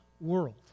world